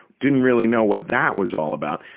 didn't really know what that was all about.